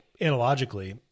analogically